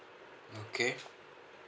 okay